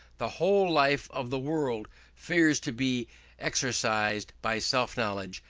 the whole life of the world fears to be exorcised by self-knowledge,